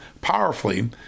powerfully